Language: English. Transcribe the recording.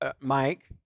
Mike